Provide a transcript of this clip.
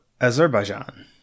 Azerbaijan